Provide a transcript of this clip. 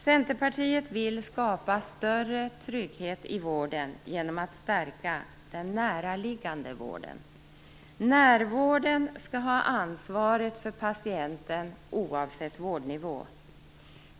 Centerpartiet vill skapa större trygghet i vården genom att stärka den näraliggande vården. Närvården skall ha ansvaret för patienten oavsett vårdnivå.